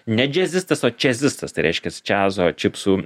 ne džiazistas o čiazistas tai reiškias čiazo čipsų